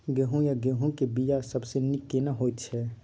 गहूम या गेहूं के बिया सबसे नीक केना होयत छै?